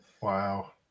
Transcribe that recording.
Wow